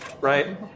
right